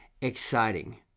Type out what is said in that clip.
exciting